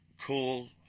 cool